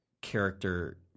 character